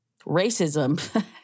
Racism